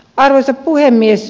arvoisa puhemies